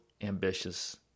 ambitious